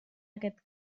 aquest